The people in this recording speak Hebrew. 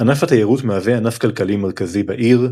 ענף התיירות מהווה ענף כלכלי מרכזי בעיר,